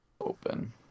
open